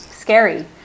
Scary